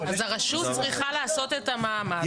הרשות צריכה לעשות את המאמץ.